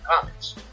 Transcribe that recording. comics